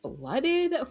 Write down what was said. flooded